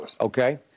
Okay